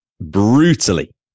brutally